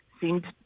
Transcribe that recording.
seemed